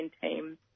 team